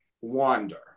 wander